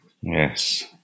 Yes